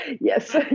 Yes